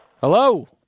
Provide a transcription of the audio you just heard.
Hello